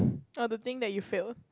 oh to think that you failed